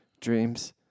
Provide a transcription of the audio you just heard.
dreams